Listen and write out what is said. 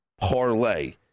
parlay